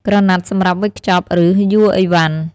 ក្រណាត់សម្រាប់វេចខ្ចប់ ឬ យួរអីវ៉ាន់ ។